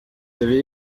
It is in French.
avez